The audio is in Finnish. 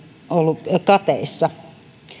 ollut kateissa